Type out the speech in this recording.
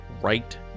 right